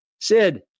Sid